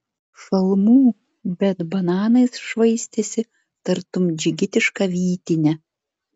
šalmų bet bananais švaistėsi tartum džigitiška vytine